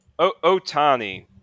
Otani